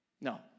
No